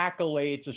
accolades